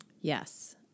Yes